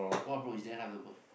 bro it's damn comfortable